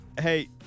hey